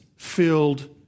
filled